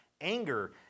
anger